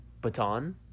baton